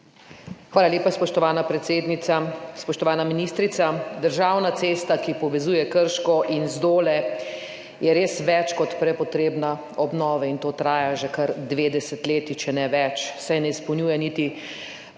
Hvala lepa, spoštovana predsednica. Spoštovana ministrica! Državna cesta, ki povezuje Krško in Zdole, je res več kot potrebna obnove in to traja že kar dve desetletji, če ne več, saj ne izpolnjuje več